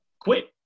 quit